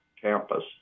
campus